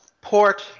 port